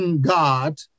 God